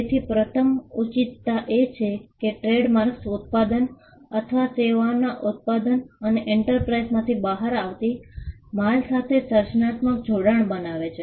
તેથી પ્રથમ ઉચિતતા એ છે કે ટ્રેડમાર્ક્સ ઉત્પાદન અથવા સેવાઓના ઉત્પાદક અને એન્ટરપ્રાઇઝમાંથી બહાર આવતી માલ સાથે સર્જનાત્મક જોડાણ બનાવે છે